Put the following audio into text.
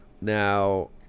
now